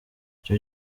icyo